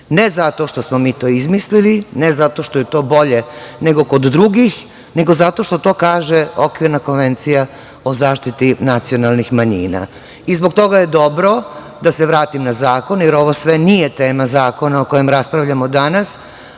ne zato što smo mi to izmislili, ne zato što je to bolje nego kod drugih, nego zato što to kaže Okvirna konvencija o zaštiti nacionalnih manjina. Zbog toga je dobro, da se vratim na zakon, jer ovo sve nije tema zakona o kojem raspravljamo danas,